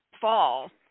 fall